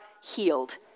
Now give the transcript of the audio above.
healed